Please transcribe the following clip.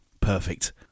Perfect